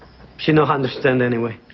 she no, i understand anyway